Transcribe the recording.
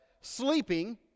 sleeping